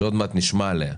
שעוד מעט נשמע עליה,